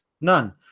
None